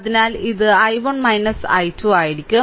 അതിനാൽ ഇത് I1 I2 ആയിരിക്കും